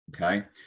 Okay